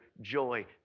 joy